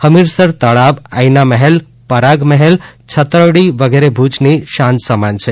હમિરસર તળાવ આઇના મહેલ પરાગ મહેલ છતરડી વગેરે ભૂજની શાન સમાન છે